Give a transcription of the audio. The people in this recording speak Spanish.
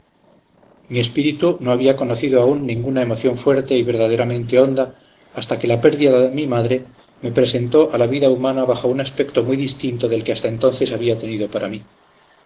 mi espíritu no había conocido aún ninguna emoción fuerte y verdaderamente honda hasta que la pérdida de mi madre me presentó a la vida humana bajo un aspecto muy distinto del que hasta entonces había tenido para mí